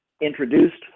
introduced